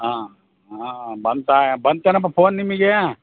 ಹಾಂ ಹಾಂ ಬಂತಾ ಬಂತೇನಪ್ಪಾ ಫೋನ್ ನಿಮಗೆ